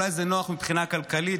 אולי זה נוח מבחינה כלכלית,